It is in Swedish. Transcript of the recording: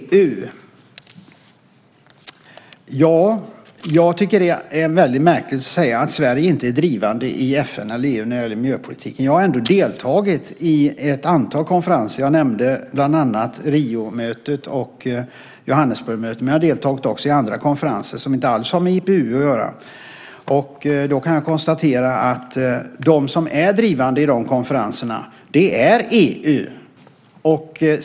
Jag tycker att det är märkligt att säga att Sverige inte är drivande i FN eller i EU när det gäller miljöpolitiken. Jag har ändå deltagit i ett antal konferenser. Jag nämnde Riomötet och Johannesburgsmötet, men jag har deltagit även i andra konferenser som inte alls har med IPU att göra. Jag kan konstatera att EU är drivande i de konferenserna.